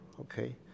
okay